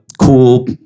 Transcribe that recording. cool